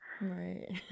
Right